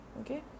okay